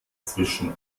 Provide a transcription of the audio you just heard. zwischen